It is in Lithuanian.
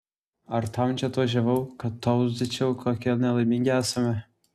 ar tam čia atvažiavau kad tauzyčiau kokie nelaimingi esame